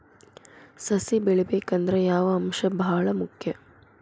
ಸಸಿ ಬೆಳಿಬೇಕಂದ್ರ ಯಾವ ಅಂಶ ಭಾಳ ಮುಖ್ಯ?